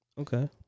Okay